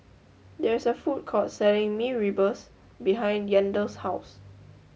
there is a food court selling Mee Rebus behind Yandel's house